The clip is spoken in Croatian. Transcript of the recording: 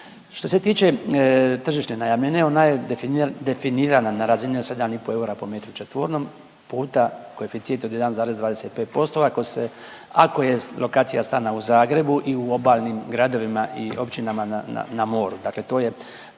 Što se tiče tržišne najamnine, ona je definirana na razini od 7,5 eura po metru četvornom puta koeficijent od 1,25% ako se, ako je lokacija stana u Zagrebu i u obalnim gradovima i općinama na,